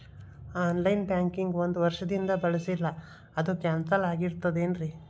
On line banking ಒಂದ್ ವರ್ಷದಿಂದ ಬಳಸಿಲ್ಲ ಅದು ಕ್ಯಾನ್ಸಲ್ ಆಗಿರ್ತದೇನ್ರಿ?